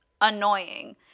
annoying